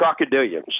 crocodilians